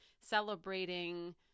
celebrating